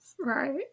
right